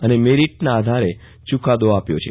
અને મેરીટના આધાર ચુકાદો આપ્યો છે